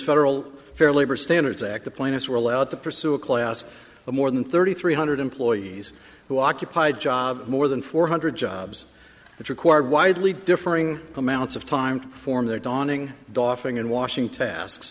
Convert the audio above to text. federal fair labor standards act the plaintiffs were allowed to pursue a class of more than thirty three hundred employees who occupied job more than four hundred jobs which required widely differing amounts of time to form their dawning doffing in washington as